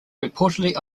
reportedly